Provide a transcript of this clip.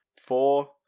four